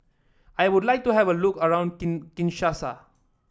I would like to have a look around King Kinshasa